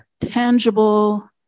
tangible